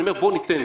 אני אומר: בואו ניתן